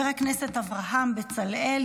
אברהם בצלאל,